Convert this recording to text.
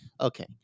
Okay